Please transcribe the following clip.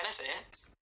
benefits